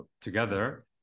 together